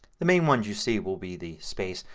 the main ones you see will be the space,